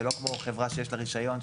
זה לא כמו חברה שיש לה רישיון,